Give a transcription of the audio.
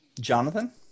Jonathan